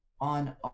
on